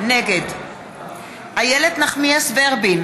נגד איילת נחמיאס ורבין,